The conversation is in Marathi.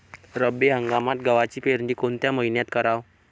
रब्बी हंगामात गव्हाची पेरनी कोनत्या मईन्यात कराव?